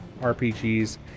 RPGs